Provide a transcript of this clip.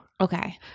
Okay